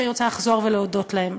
ואני רוצה לחזור ולהודות להם: